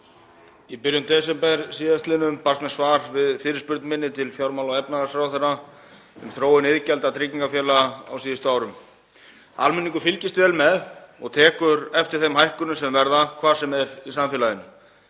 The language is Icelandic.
Í byrjun desember sl. barst mér svar við fyrirspurn minni til fjármála- og efnahagsráðherra um þróun iðgjalda tryggingafélaga á síðustu árum. Almenningur fylgist vel með og tekur eftir þeim hækkunum sem verða hvar sem er í samfélaginu.